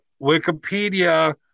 Wikipedia